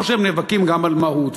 או שהם נאבקים גם על מהות.